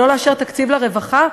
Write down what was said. ולא לאשר תקציב לרווחה,